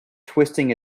twisting